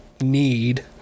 need